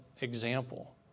example